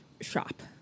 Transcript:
shop